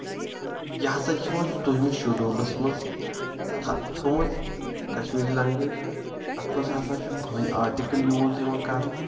یہِ ہسا چھِ یِوان زٕتووُہمِس شُڈوٗلس منٛز تھٲمٕژ کشمیٖری لنٛگویج اتھ منٛز ہسا چھُ کٕہٕنۍ آرٹِکل یوٗز یِوان کرنہٕ